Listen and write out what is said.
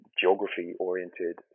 geography-oriented